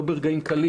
לא ברגעים קלים